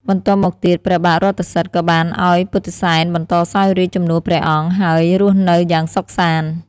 បន្ទាប់មកទៀតព្រះបាទរថសិទ្ធិក៏បានឲ្យពុទ្ធិសែនបន្តសោយរាជ្យជំនួសព្រះអង្គ ហើយរស់នៅយ៉ាងសុខសាន្ត។